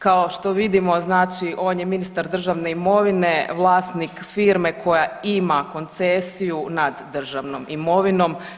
Kao što vidimo znači on je ministar državne imovine, vlasnik firme koja ima koncesiju nad državnom imovinom.